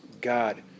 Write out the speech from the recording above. God